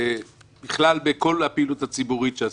ובכלל כל הפעילות הציבורית שעשית,